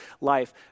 life